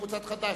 קבוצת חד"ש,